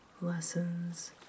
lessons